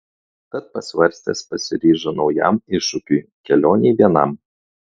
tad pasvarstęs pasiryžo naujam iššūkiui kelionei vienam